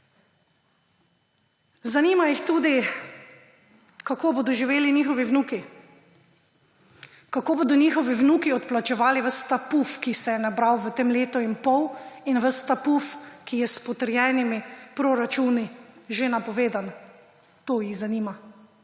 Zanima jih tudi, kako bodo živeli njihovi vnuki, kako bodo njihovi vnuki odplačevali ves ta puf, ki se je nabral v tem letu in pol, in ves ta puf, ki je s potrjenimi proračuni že napovedan. To jih zanima,